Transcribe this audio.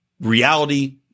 reality –